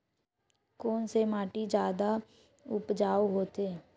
कोन से माटी जादा उपजाऊ होथे?